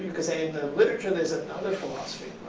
you could say, in the literature. there's another philosophy